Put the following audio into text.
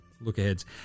look-aheads